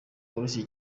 woroshye